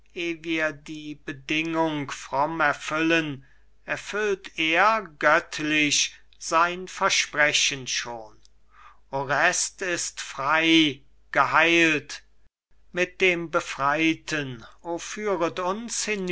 die bedingung fromm erfüllen erfüllt er göttlich sein versprechen schon orest ist frei geheilt mit dem befreiten o führet uns